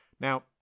Now